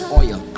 oil